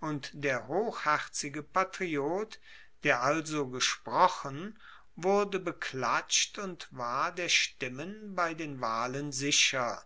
und der hochherzige patriot der also gesprochen wurde beklatscht und war der stimmen bei den wahlen sicher